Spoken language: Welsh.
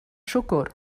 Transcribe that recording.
siwgr